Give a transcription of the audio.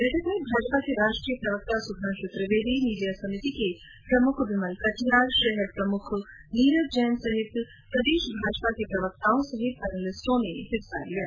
बैठक में भाजपा के राष्ट्रीय प्रवक्ता सुंधाशु त्रिवेदी मीडिया समिति के प्रमुख विमल कटियार शहर प्रमुख नीरज जैन सहित प्रदेश भाजपा के प्रवक्ताओं सहित पैनलिस्टों ने भाग लिया